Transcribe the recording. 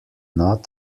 not